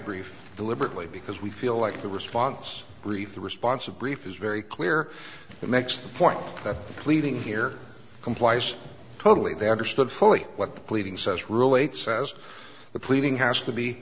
brief deliberately because we feel like the response brief the response of brief is very clear that makes the point that pleading here complies totally they understood fully what the pleading says relate says the pleading has to be